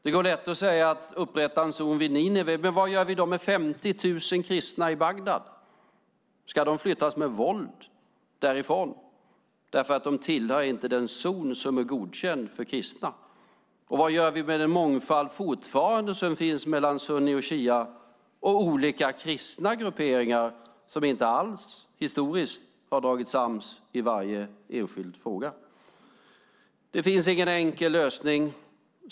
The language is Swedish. Det går lätt att säga att man ska upprätta en zon vid Nineve, men vad gör vi då med 50 000 kristna i Bagdad? Ska de flyttas därifrån med våld därför att de inte tillhör den zon som är godkänd för kristna? Och vad gör vi med den mångfald som fortfarande som finns mellan sunni, shia och olika kristna grupperingar som historiskt inte alls har dragit jämnt i varje enskild fråga? Det finns ingen enkel lösning.